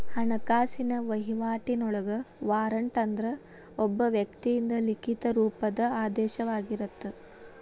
ಹಣಕಾಸಿನ ವಹಿವಾಟಿನೊಳಗ ವಾರಂಟ್ ಅಂದ್ರ ಒಬ್ಬ ವ್ಯಕ್ತಿಯಿಂದ ಲಿಖಿತ ರೂಪದ ಆದೇಶವಾಗಿರತ್ತ